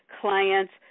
clients